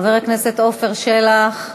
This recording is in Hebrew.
חבר הכנסת עפר שלח.